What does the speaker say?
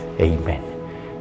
Amen